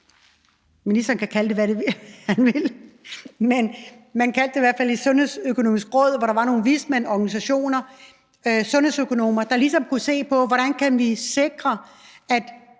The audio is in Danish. ministeren kan kalde det, hvad han vil, men man kaldte det i hvert fald et sundhedsøkonomisk råd. Heri kunne der være nogle vismænd, organisationer og sundhedsøkonomer, der ligesom kunne se på, hvordan vi kan sikre, at